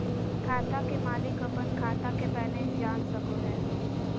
खाता के मालिक अपन खाता के बैलेंस जान सको हय